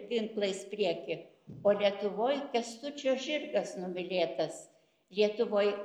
ginklais prieky o lietuvoj kęstučio žirgas numylėtas lietuvoje